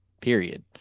period